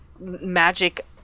magic